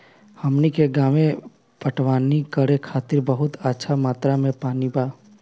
हमनी के गांवे पटवनी करे खातिर बहुत अच्छा मात्रा में पानी बा